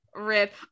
rip